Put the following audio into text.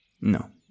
No